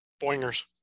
Boingers